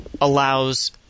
allows